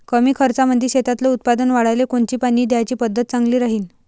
कमी खर्चामंदी शेतातलं उत्पादन वाढाले कोनची पानी द्याची पद्धत चांगली राहीन?